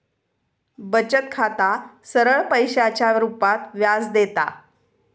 बचत खाता सरळ पैशाच्या रुपात व्याज देता